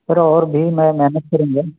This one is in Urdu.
سر اور بھی میں میں محنت کروں گا